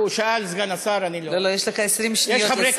שאל סגן השר, אני, לא, יש לך 20 שניות לסיים.